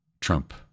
Trump